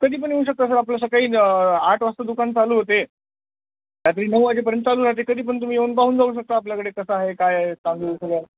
कधी पण येऊ शकता सर आपलं सकाळी आठ वाजता दुकान चालू होते रात्री नऊ वाजेपर्यंत चालू राहते कधी पण तुम्ही येऊन पाहून जाऊ शकता आपल्याकडे कसं आहे काय आहे चांगलं सगळं